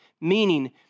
meaning